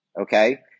Okay